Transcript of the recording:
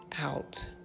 out